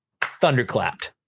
thunderclapped